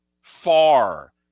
far